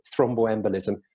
thromboembolism